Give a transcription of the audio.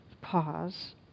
pause